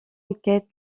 enquête